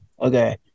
okay